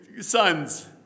sons